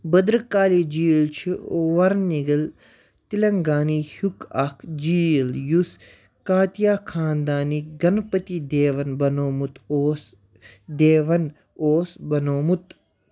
بٔدرٕ کالی جیٖل چھِ وَرنِگل تلنگانہِ ہُک اَکھ جیٖل یُس کاتیہ خاندانٕکۍ گَنپٔتی دیوَن بنوومُت اوس دیوَن اوس بنوومُت